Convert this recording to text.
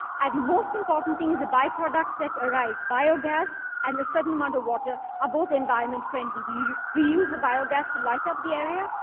and the most important thing is the byproducts that arise biogas and a certain amount of water are both environment-friendly. we we use the biogas to light up the area.